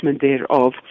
thereof